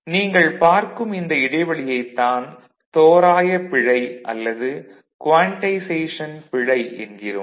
நீங்கள் பார்க்கும் இந்த இடைவெளியைத் தான் தோராய பிழை அல்லது கோன்டைசேஷன் பிழை என்கிறோம்